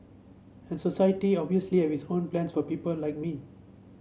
and society obviously have its own plans for people like me